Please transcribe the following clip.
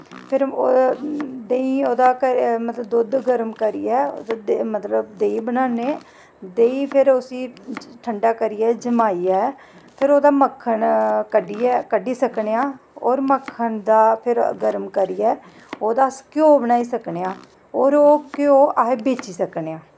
फिर देहीं ओह्दा मतलब दुद्ध गर्म करियै मतलब देहीं बनाने देहीं फिर उसी ठंडा करियै जमाइयै फिर ओह्दा मक्खन कड्ढियै कड्ढी सकने आं होर मक्खन दा फिर गर्म करियै ओह्दा अस घ्योऽ बनाई सकने आं होर ओह्दा ओह् घ्योऽ अस बेची सकने आं